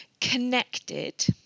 connected